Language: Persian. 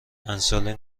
انسولین